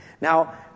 Now